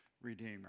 redeemer